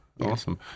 Awesome